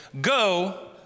go